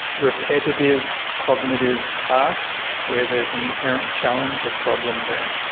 repetitive cognitive tasks where there is an inherent challenge or problem there,